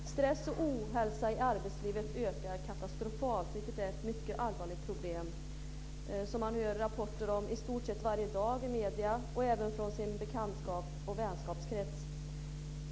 Fru talman! Stress och ohälsa i arbetslivet ökar katastrofalt. Det är ett mycket allvarligt problem som man hör rapporter om i stort sett varje dag i medierna och från sin bekantskaps och vänkrets.